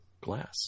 glass